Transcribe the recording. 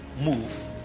move